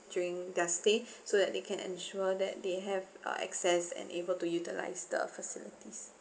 during their stay so that they can ensure that they have uh access and able to utilise the facilities